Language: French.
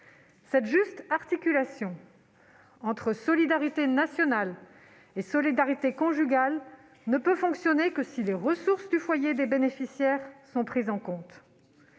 Cette juste articulation entre solidarité nationale et solidarité conjugale ne peut fonctionner que si les ressources du foyer des bénéficiaires sont prises en compte.